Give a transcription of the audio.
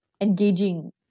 engaging